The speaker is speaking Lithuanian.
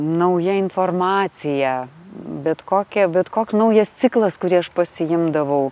nauja informacija bet kokia bet koks naujas ciklas kurį aš pasiimdavau